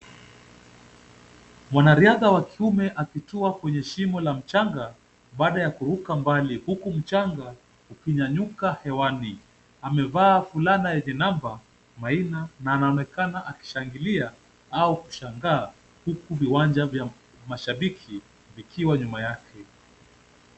Mwanariadha wa kiume akitua kwenye shimo la mchanga, baada ya kuruka mbali huku mchanga ukinyanyuka hewani. Amevaa fulana yenye namba Maina na anaonekana akishangilia au kushangaa huku viwanja vya mashabiki wakiwa nyuma yake.